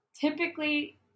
typically